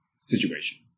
situation